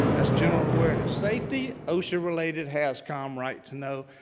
that's general awareness. safety osha related hazcom right to know.